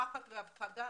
פחד והפחדה,